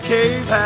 Cave